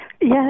yes